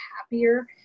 happier